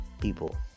people